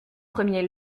premier